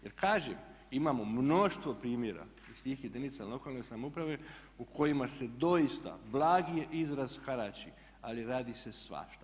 Jer kažem, imamo mnoštvo primjera iz tih jedinica lokalne samouprave u kojima se doista, blagi je izraz harači ali radi se svašta.